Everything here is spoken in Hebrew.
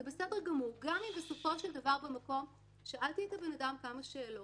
זה בסדר גמור בסופו של דבר במקום שאלתי את האדם כמה שאלות,